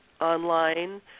online